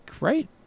right